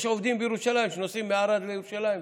יש עובדים בירושלים שנוסעים מערד לירושלים.